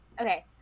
Okay